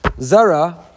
zara